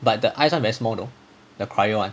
but the ice [one] very small though the cyro [one]